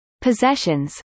possessions